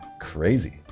Crazy